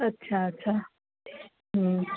अछा अछा